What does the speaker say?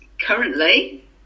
currently